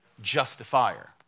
justifier